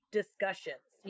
discussions